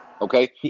Okay